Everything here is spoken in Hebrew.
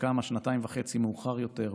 שקמה שנתיים וחצי מאוחר יותר,